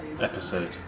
episode